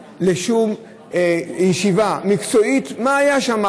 לשום ישיבה מקצועית לבדוק מה היה שם,